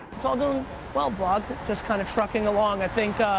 it's all going well, vlog, just kind of trucking along, i think,